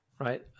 Right